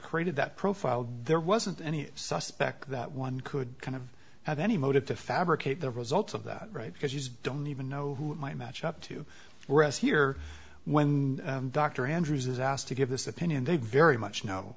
created that profile there wasn't any suspect that one could kind of have any motive to fabricate the results of that right because you don't even know who might match up to rest here when dr andrews is asked to give this opinion they very much know